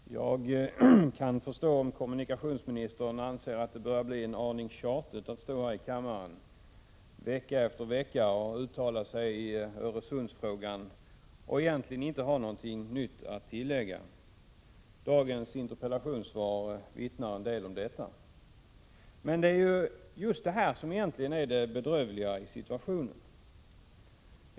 Herr talman! Jag kan förstå om kommunikationsministern anser att det börjar bli en aning tjatigt att stå här i kammaren vecka efter vecka och uttala sig i Öresundsfrågan, utan att egentligen ha något nytt att tillägga. Dagens interpellationssvar vittnar en del om detta. Just detta är emellertid egentligen det bedrövliga i situationen.